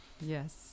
Yes